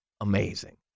amazing